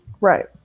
Right